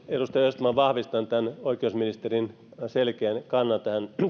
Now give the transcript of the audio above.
edustaja östman vahvistan tämän oikeusministerin selkeän kannan